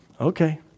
Okay